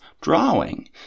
drawing